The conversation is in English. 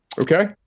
Okay